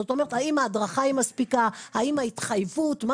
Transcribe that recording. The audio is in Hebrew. זאת אומרת האם ההדרכה מספיקה,